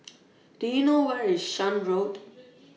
Do YOU know Where IS Shan Road